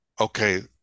Okay